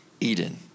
Eden